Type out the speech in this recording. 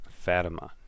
Fatima